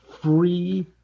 free